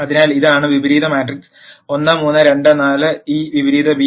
അതിനാൽ ഇതാണ് വിപരീത മാട്രിക്സ് 1 3 2 4 ഈ വിപരീത ബി